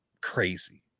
crazy